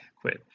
quit